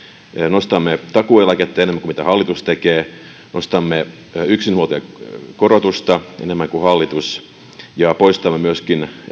nostamme takuueläkettä enemmän kuin hallitus tekee nostamme yksinhuoltajakorotusta enemmän kuin hallitus ja poistamme myöskin